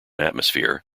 atmosphere